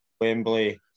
Wembley